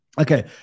Okay